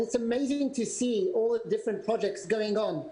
זה מפליא לראות את כל הפרויקטים השונים שהוצגו.